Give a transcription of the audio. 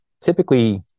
typically